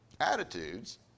attitudes